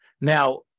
Now